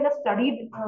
studied